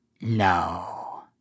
No